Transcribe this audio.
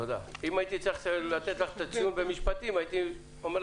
צריך לטפל במציאות.